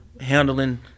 handling